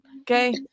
okay